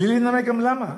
בלי לנמק גם למה.